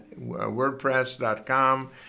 wordpress.com